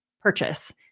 purchase